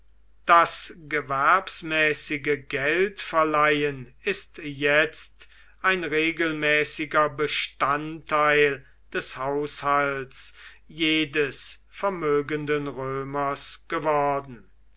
das gewerbsmäßige geldverleihen ist jetzt ein regelmäßiger bestandteil des haushalts jedes vermögenden römers geworden